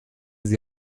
sie